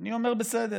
אני אומר: בסדר.